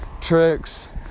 tricks